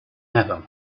happen